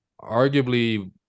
arguably